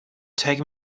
take